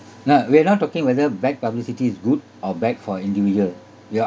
no we are not talking whether bad publicity is good or bad for individual you are